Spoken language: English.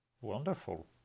Wonderful